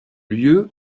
lieu